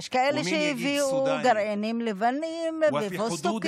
ויש כאלה שהביאו גרעינים לבנים ופיסטוקים,